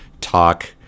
talk